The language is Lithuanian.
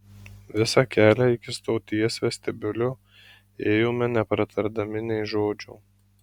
visą kelią iki stoties vestibiulio ėjome nepratardami nė žodžio